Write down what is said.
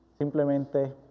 Simplemente